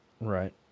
Right